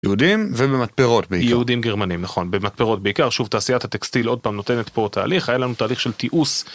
יהודים ובמתפרות, יהודים גרמנים נכון, במתפרות בעיקר, שוב תעשיית הטקסטיל עוד פעם נותנת פה תהליך, היה לנו תהליך של תיעוש